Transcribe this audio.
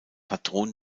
patron